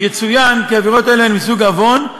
יצוין כי עבירות אלה הן מסוג עוון,